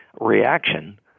reaction